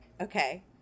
Okay